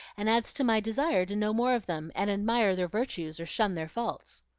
and adds to my desire to know more of them, and admire their virtues or shun their faults.